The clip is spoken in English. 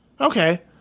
okay